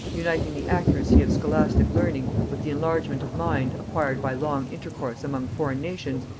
uniting the accuracy of scholastic learning with the enlargement of mind acquired by long intercourse among foreign nations,